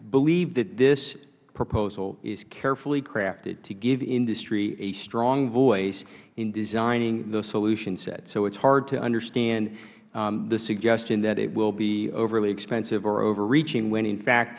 believe this proposal is carefully crafted to give industry a strong voice in designing the solutions so it is hard to understand the suggestion that it will be overly expensive or over reaching when in fact